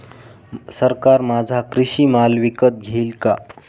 सरकार माझा कृषी माल विकत घेईल का?